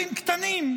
שיפורים קטנים,